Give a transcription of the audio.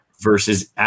versus